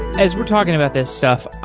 as we're talking about this stuff,